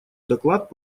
доклад